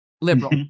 liberal